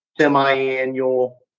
semi-annual